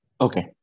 Okay